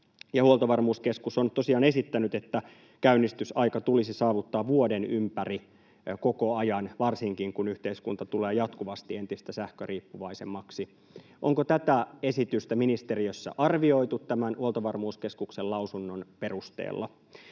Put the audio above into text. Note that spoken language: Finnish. Huoltovarmuuskeskus on tosiaan esittänyt, että käynnistysaika tulisi saavuttaa vuoden ympäri koko ajan varsinkin, kun yhteiskunta tulee jatkuvasti entistä sähköriippuvaisemmaksi. Onko tätä esitystä ministeriössä arvioitu tämän Huoltovarmuuskeskuksen lausunnon perusteella?